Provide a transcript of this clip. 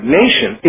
nation